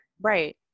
Right